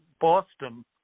boston